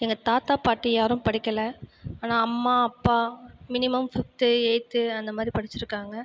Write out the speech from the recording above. எங்கள் தாத்தா பாட்டி யாரும் படிக்கலை ஆனால் அம்மா அப்பா மினிமம் ஃபிஃப்த்து எய்த்து அந்தமாதிரி படிச்சிருக்காங்கள்